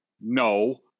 No